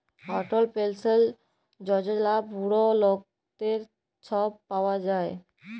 অটল পেলসল যজলা বুড়া লকদের ছব পাউয়া যায়